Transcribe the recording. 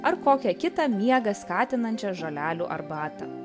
ar kokią kitą miegą skatinančią žolelių arbatą